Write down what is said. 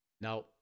Now